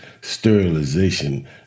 sterilization